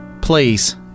please